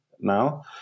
now